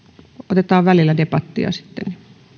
otetaan välillä debattia sitten